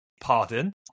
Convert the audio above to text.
pardon